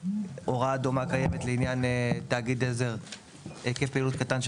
הוראה דומה לגבי היקף פעילות קטן של